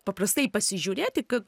paprastai pasižiūrėti ka